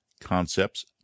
concepts